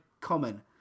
common